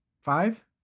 five